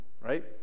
Right